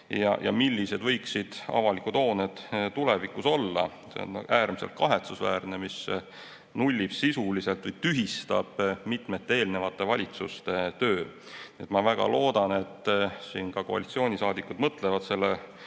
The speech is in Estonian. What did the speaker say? ja millised võiksid avaliku sektori hooned tulevikus olla. See on äärmiselt kahetsusväärne, sest see sisuliselt nullib või tühistab mitme eelmise valitsuse töö. Ma väga loodan, et ka koalitsioonisaadikud mõtlevad selle